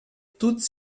toutes